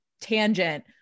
tangent